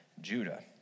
Judah